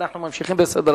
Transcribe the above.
ואנחנו ממשיכים בסדר-היום.